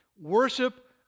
Worship